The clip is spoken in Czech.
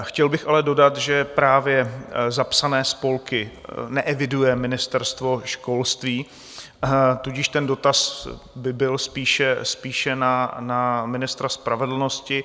Chtěl bych ale dodat, že právě zapsané spolky neeviduje Ministerstvo školství, tudíž ten dotaz by byl spíše na ministra spravedlnosti.